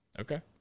Okay